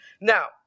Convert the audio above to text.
now